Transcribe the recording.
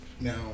Now